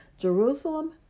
Jerusalem